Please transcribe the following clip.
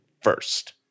first